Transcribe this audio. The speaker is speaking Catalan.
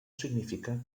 significa